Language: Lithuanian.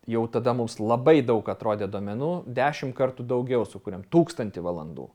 jau tada mums labai daug atrodė duomenų dešim kartų daugiau sukuriam tūkstantį valandų